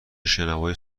شنوایی